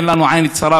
אין עיננו צרה,